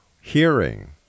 hearing